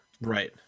right